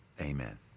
Amen